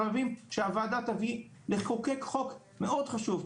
חייבים שהועדה תביא לחוקק חוק מאוד חשוב,